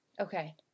okay